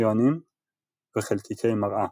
אקסיונים וחלקיקי מראה.